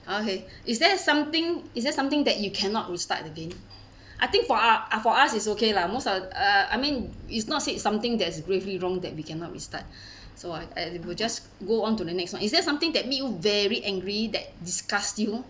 okay is there something is there something that you cannot restart again I think for uh for us is okay lah most uh uh I mean is not said something that's gravely wrong that we cannot restart so I will just go onto the next one is there something that make very angry that disgust you